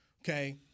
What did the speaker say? Okay